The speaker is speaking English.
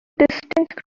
distinct